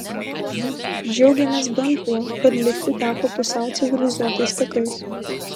džiaugėmės bent tuo kad lipti teko pusiau civilizuotais takais